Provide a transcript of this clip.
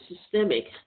systemic